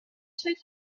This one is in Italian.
suoi